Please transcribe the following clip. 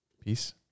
Peace